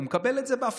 הוא מקבל את זה בהפוכה,